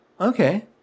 Okay